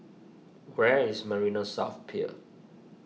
where is Marina South Pier